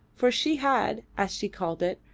for she had, as she called it,